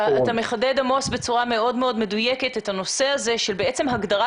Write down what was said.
אתה מחדד בצורה מאוד מאוד מדויקת את הנושא הזה שבעצם הגדרת